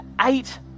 eight